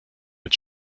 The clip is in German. mit